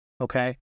Okay